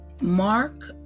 Mark